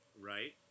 right